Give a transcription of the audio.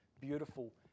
beautiful